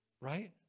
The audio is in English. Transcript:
Right